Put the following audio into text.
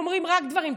אומרים רק דברים טובים: